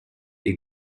est